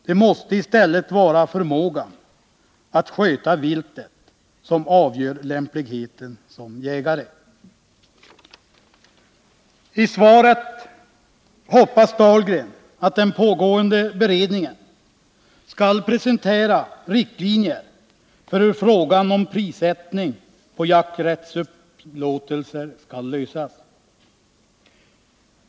Det måste istället vara förmågan att sköta viltet som avgör lämpligheten som jägare.” Anders Dahlgren säger i svaret att han hoppas att den pågående beredningen skall presentera riktlinjer för hur frågan om prissättning på jakträttsupplåtelser skall lösas.